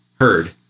heard